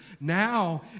Now